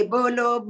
Bolo